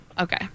Okay